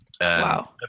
Wow